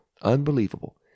Unbelievable